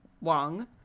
Wang